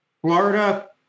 florida